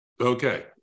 okay